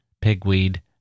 pigweed